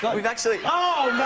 but we've actually oh,